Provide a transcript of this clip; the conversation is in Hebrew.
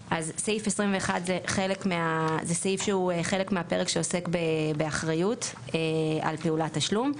תשלום."; סעיף 21 זה סעיף שהוא חלק מהפרק שעוסק באחריות על פעולת תשלום,